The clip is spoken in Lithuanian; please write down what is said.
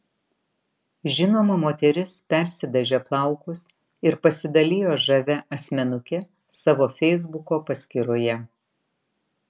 žinoma moteris persidažė plaukus ir pasidalijo žavia asmenuke savo feisbuko paskyroje